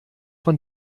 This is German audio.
von